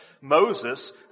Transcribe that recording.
Moses